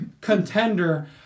contender